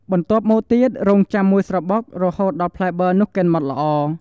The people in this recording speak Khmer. បន្ទាប់មកទៀត រង់ចាំមួយស្របក់ រហូតដល់ផ្លែប័រនោះកិនម៉ដ្ឋល្អ។